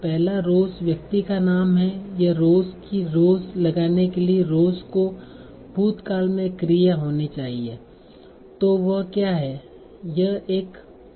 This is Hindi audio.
पहला rose व्यक्ति का नाम है यह rose की roes लगाने के लिए rose को भूत काल में एक क्रिया होना चाहिए तो वह क्या है